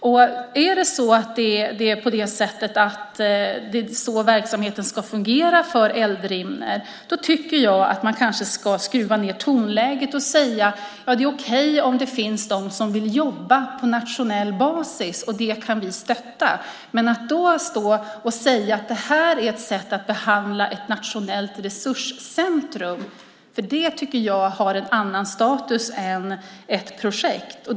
Om det är så verksamheten ska fungera för Eldrimner ska man kanske skruva ned tonläget och säga: Det är okej om det finns de som vill jobba på nationell basis. Det kan vi stötta. Detta är dock inget sätt att behandla ett nationellt resurscentrum. Det har en annan status än ett projekt, tycker jag.